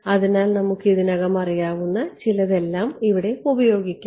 അതിനാൽ നമുക്ക് ഇതിനകം അറിയാവുന്ന ചിലതെല്ലാം ഇവിടെ ഉപയോഗിക്കാം